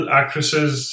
actresses